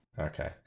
Okay